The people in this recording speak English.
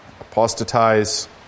apostatize